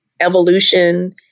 evolution